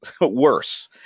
worse